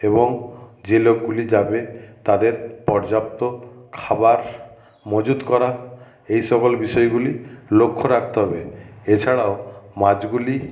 এবং যে লোকগুলি যাবে তাদের পর্যাপ্ত খাবার মজুত করা এই সকল বিষয়গুলি লক্ষ্য রাখতে হবে এছাড়াও মাছগুলি